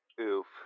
Oof